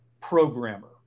programmer